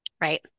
Right